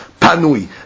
panui